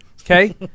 Okay